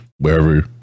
wherever